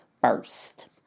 first